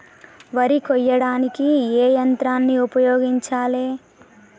వరి కొయ్యడానికి ఏ యంత్రాన్ని ఉపయోగించాలే?